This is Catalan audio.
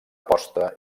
posta